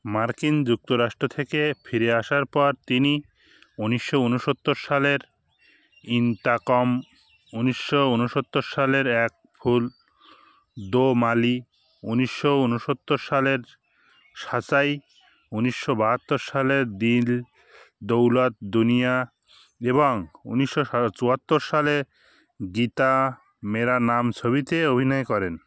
মার্কিন যুক্তরাষ্ট্র থেকে ফিরে আসার পর তিনি উনিশশো ঊনসত্তর সালের ইনতাকম উনিশশো ঊনসত্তর সালের এক ফুল দো মালি উনিশশো ঊনসত্তর সালের সাচ্চাই উনিশশো বাহাত্তর সালে দিল দৌলত দুনিয়া এবং উনিশশো সা চুয়াত্তর সালে গীতা মেরা নাম ছবিতে অভিনয় করেন